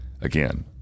Again